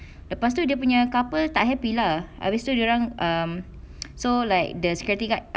lepas tu dia punya couple tak happy lah habis tu dia orang um so like the security guard